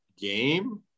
game